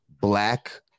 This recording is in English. black